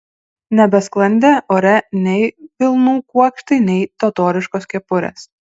nebesklandė ore nei vilnų kuokštai nei totoriškos kepurės